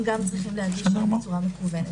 הם גם צריכים להגיש בצורה מקוונת.